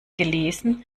gelesen